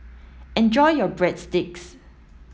enjoy your Breadsticks